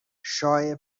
شایعه